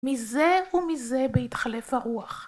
מזה ומזה בהתחלף הרוח.